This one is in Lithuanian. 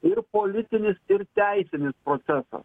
ir politinis ir teisinis procesas